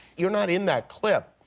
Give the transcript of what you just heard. you're not in that clip.